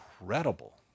incredible